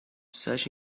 such